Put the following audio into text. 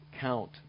count